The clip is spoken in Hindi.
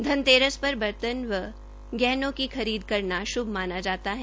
धनतेरस पर बर्तन व ज्वैलरी की खरीद करना श्भ माना जाता है